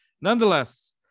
nonetheless